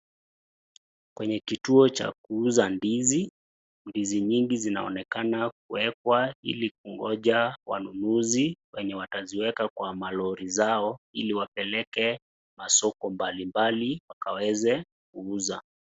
Kwenye kituo cha kuuza ndizi, ndizi nyingi zinaonekana kuekwa ili kugonja wanunuzi wenye wataziweka kwa malori zao ili wapeleke masoko mbalimbali wakaweze kuuza.